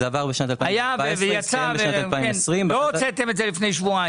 ביקשנו חזור ובקש לחדש את הוראת השעה הזאת.